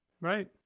Right